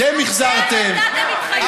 אתם החזרתם.